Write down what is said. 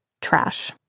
Trash